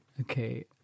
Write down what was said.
Okay